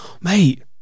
Mate